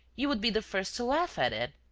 you would be the first to laugh at it.